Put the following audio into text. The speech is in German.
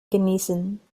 genießen